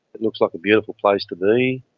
it looks like a beautiful place to be,